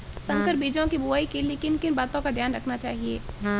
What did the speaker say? संकर बीजों की बुआई के लिए किन किन बातों का ध्यान रखना चाहिए?